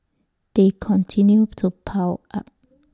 they continue to pile up